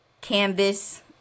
canvas